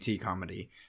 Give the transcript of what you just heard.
comedy